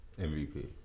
MVP